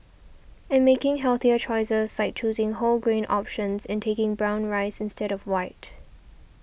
and making healthier choices like choosing whole grain options and taking brown rice instead of white